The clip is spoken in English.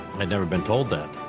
i'd never been told that.